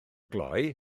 glou